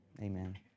amen